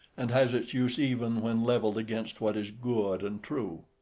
and has its use even when levelled against what is good and true.